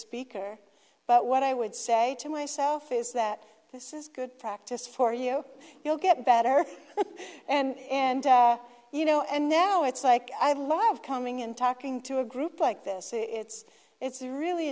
speaker but what i would say to myself is that this is good practice for you you'll get better and you know and now it's like i love coming and talking to a group like this it's it's really